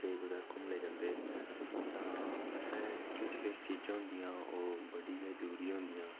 ते कुदै घूमने गी जंदे तां असें किश किश चीज़ां होंदियां ओह् बड़ी गै जरूरी होंदियां